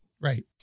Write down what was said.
right